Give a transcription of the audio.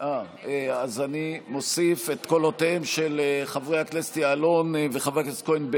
אני מוסיף את קולותיהם של חברי הכנסת יעלון וחבר הכנסת כהן,